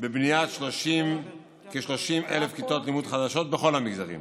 בבניית כ-30,000 כיתות לימוד חדשות בכל המגזרים,